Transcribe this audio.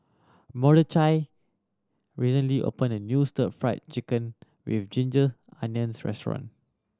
Mordechai recently opened a new Stir Fried Chicken With Ginger Onions restaurant